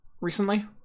recently